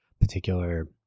particular